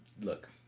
look